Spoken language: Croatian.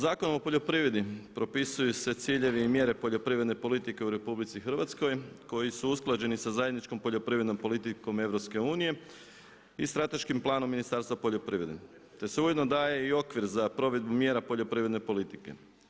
Zakonom o poljoprivredi propisuju se ciljevi i mjere poljoprivredne politike u RH koji su usklađeni sa zajedničkom poljoprivrednom politikom EU i strateškim planom Ministarstva poljoprivrede te se ujedno daje i okvir za provedbu mjera poljoprivredne politike.